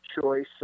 choice